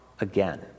again